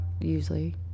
usually